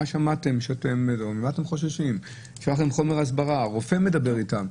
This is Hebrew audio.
לשלוח להם חומר הסברה, רופא מדבר אתם,